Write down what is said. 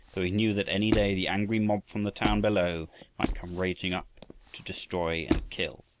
though he knew that any day the angry mob from the town below might come raging up to destroy and kill.